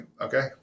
Okay